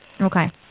Okay